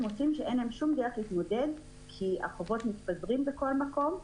רואים שאין להם שום דרך להתמודד כי החובות מתפזרים בכל מקום.